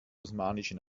osmanischen